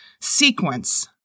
sequence